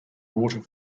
water